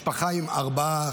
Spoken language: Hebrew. להיות משפחה עם ארבע,